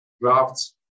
drafts